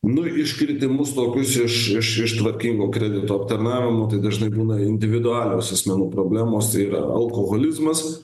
nu iškritimus tokius iš iš iš tvarkingo kredito aptarnavimo tai dažnai būna individualios asmenų problemos tai yra alkoholizmas